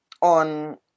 on